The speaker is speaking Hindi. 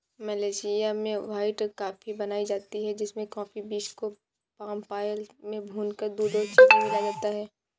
मलेशिया में व्हाइट कॉफी बनाई जाती है जिसमें कॉफी बींस को पाम आयल में भूनकर दूध और चीनी मिलाया जाता है